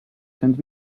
cents